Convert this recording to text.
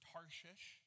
Tarshish